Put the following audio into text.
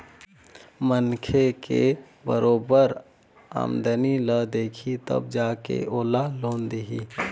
मनखे के बरोबर आमदनी ल देखही तब जा के ओला लोन दिही